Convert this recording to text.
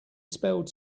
spelled